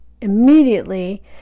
Immediately